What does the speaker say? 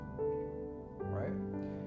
right